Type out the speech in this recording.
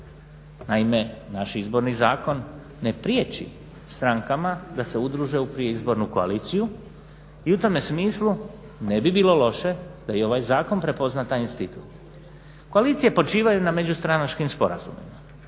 Naime, naš Izborni zakon ne priječi strankama da se udruže u prijeizbornu koaliciju i u tome smislu ne bi bilo loše da i ovaj zakon prepozna taj institut. Koalicije počivaju na međustranačkim sporazumima.